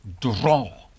draw